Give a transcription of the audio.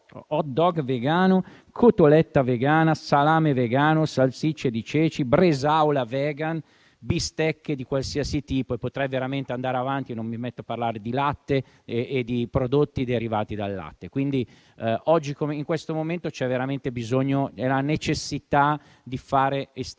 hot-dog vegano, cotoletta vegana, salame vegano, salsiccia di ceci, bresaola vegan, bistecche di qualsiasi tipo. Potrei veramente andare avanti, ma non mi metto a parlare di latte e di prodotti da esso derivati. In questo momento c'è veramente la necessità di fare estrema